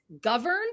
governed